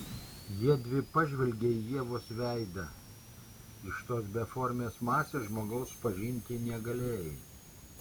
jiedvi pažvelgė į ievos veidą iš tos beformės masės žmogaus pažinti negalėjai